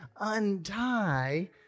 untie